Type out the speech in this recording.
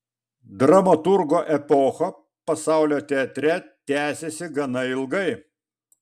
dramaturgo epocha pasaulio teatre tęsėsi gana ilgai